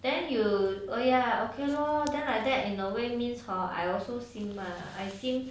then you oh ya okay lor then like that in a way means hor I also simp lah I simp